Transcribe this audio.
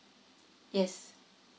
yes